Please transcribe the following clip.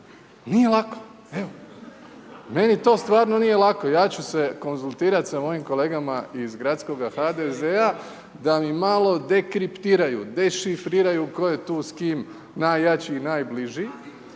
nije lako, evo. Meni to stvarno nije lako. Ja ću se konzultirati sa mojim kolegama iz gradskoga HDZ-a da mi malo dekriptiraju, dešifriraju tko je tu s kim najjači i najbliži.